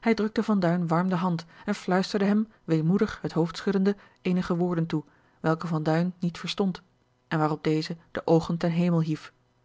hij drukte van duin warm de hand en fluisterde hem weemoedig het hoofd schuddende eenige woorden toe welke van duin niet verstond en waarop deze de oogen ten hemel hief